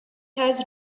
has